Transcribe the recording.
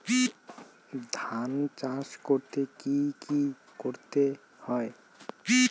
ধান চাষ করতে কি কি করতে হয়?